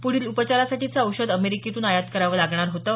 प्रढील उपचारासाठीचं औषध अमेरिकेतून आयात करावं लागणार होतं